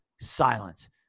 silence